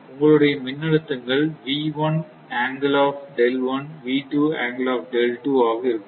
உங்களுடைய மின்னழுத்தங்கள் ஆக இருக்கும்